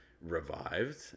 revived